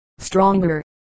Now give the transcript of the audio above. stronger